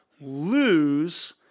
lose